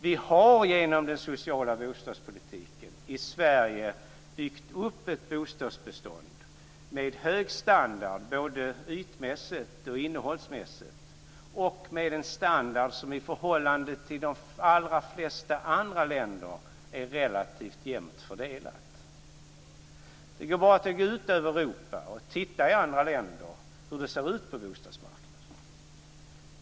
Vi har genom den sociala bostadspolitiken i Sverige byggt upp ett bostadsbestånd med hög standard, både ytmässigt och innehållsmässigt, och med en standard som i förhållande till de allra flesta andra länder är relativt jämnt fördelad. Det går bra att gå ut i Europa och titta i andra länder hur det ser ut på bostadsmarknaden.